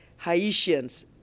Haitians